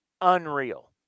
Unreal